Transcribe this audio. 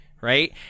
right